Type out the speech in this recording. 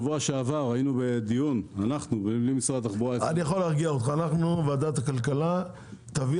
אני יכול להרגיע אותך: ועדת הכלכלה תביא